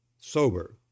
sober